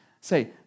Say